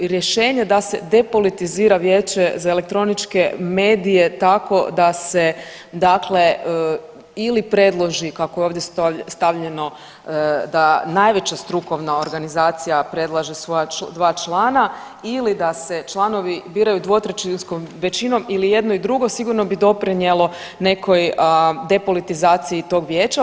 Rješenje da se depolitizira Vijeće za elektroničke medije tako da se dakle ili predloži, kako je ovdje stavljeno da najveća strukovna organizacija predlaže svoja 2 člana ili da se članovi biraju dvotrećinskom većinom ili jedno i drugo, sigurno bi doprinijelo nekoj depolitizaciji tog Vijeća.